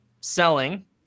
selling